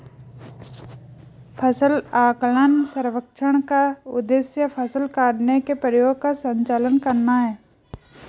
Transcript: फसल आकलन सर्वेक्षण का उद्देश्य फसल काटने के प्रयोगों का संचालन करना है